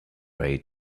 way